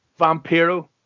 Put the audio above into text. Vampiro